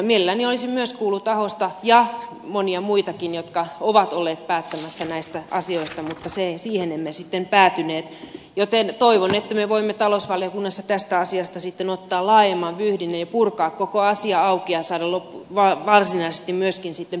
mielelläni olisin myös kuullut ahosta ja monia muitakin jotka ovat olleet päättämässä näistä asioista mutta siihen emme sitten päätyneet joten toivon että me voimme talousvaliokunnassa tästä asiasta sitten ottaa laajemman vyyhdin ja purkaa koko asia auki ja saada varsinaisesti myöskin päätöksiä aikaan